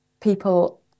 People